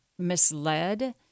misled